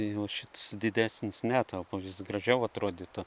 jau šitas didesnis netelpa jis gražiau atrodytų